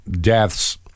deaths